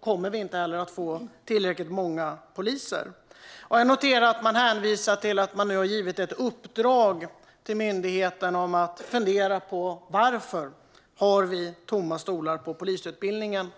kommer vi inte att få tillräckligt många poliser om vi inte fyller upp utbildningsplatserna. Jag noterar att man hänvisar till att man nu har givit ett uppdrag till myndigheten om att fundera på varför det finns tomma stolar på polisutbildningen.